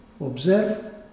Observe